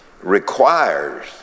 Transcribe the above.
requires